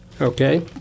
Okay